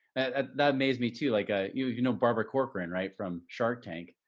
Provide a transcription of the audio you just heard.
and that amaze me too, like ah you you know, barbara corcoran, right? from shark tank,